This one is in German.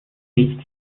nicht